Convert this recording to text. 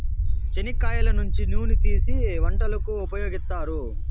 చెనిక్కాయల నుంచి నూనెను తీసీ వంటలకు ఉపయోగిత్తారు